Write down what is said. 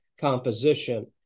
composition